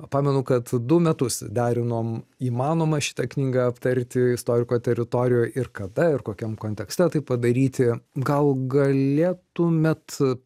pamenu kad du metus derinom įmanoma šitą knygą aptarti istoriko teritorijoj ir kada ir kokiam kontekste tai padaryti gal galėtumėt